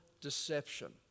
deception